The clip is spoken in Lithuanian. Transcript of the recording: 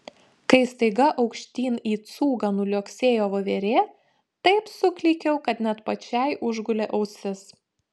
kai staiga aukštyn į cūgą nuliuoksėjo voverė taip suklykiau kad net pačiai užgulė ausis